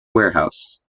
warehouse